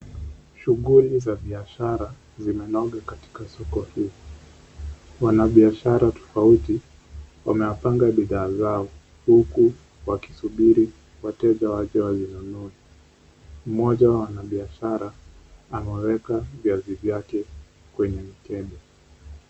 Shughuli za biashara zimenoga katika soko hili, wanabiashara tofauti wamepanga bidhaa zao, huku wakisubiri wateja waje wazinunue, mmoja wa wanabiashara ameweka viazi vyake kwenye mkebe.